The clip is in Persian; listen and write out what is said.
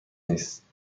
نیست